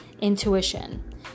intuition